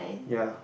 ya